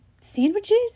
sandwiches